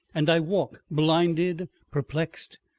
and i walk, blinded, perplexed,